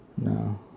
No